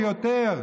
ויותר,